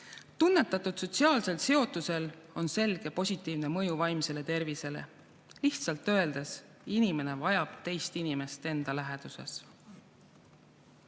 Tunnetatud sotsiaalsel seotusel on selge positiivne mõju vaimsele tervisele. Lihtsalt öeldes: inimene vajab teist inimest enda läheduses.